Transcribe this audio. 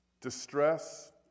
distress